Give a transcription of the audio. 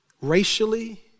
racially